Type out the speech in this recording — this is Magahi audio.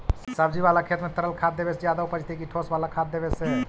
सब्जी बाला खेत में तरल खाद देवे से ज्यादा उपजतै कि ठोस वाला खाद देवे से?